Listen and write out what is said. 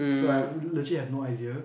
so I've legit I have no idea